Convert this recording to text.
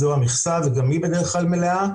זו המכסה וגם היא בדרך כלל מלאה,